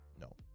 No